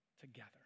together